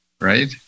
Right